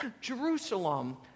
Jerusalem